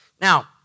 Now